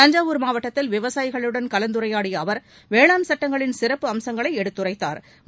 தஞ்சாவூர் மாவட்டத்தில் விவசாயிகளுடன் கலந்துரையாடிய அவர் வேளாண் சட்டங்களின் சிறப்பு அம்சங்களை எடுத்துரைத்தாா்